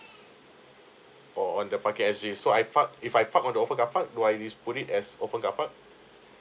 oh on the parking S G so I park if I park on the open car park do I this put it as open car park